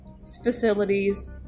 facilities